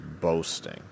boasting